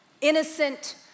innocent